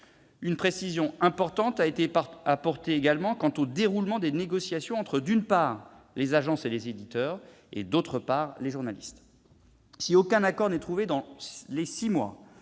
Une précision importante a été apportée également quant au déroulement des négociations entre, d'une part, les agences et les éditeurs et, d'autre part, les journalistes. Si aucun accord n'est trouvé dans les six mois,